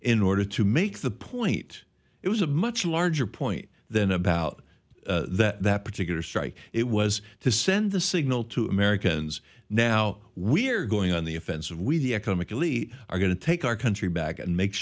in order to make the point it was a much larger point than about that particular strike it was to send the signal to americans now we're going on the offensive we the economic elite are going to take our country back and make